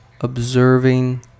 observing